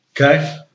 okay